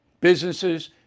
Businesses